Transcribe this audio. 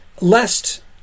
Lest